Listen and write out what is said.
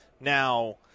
Now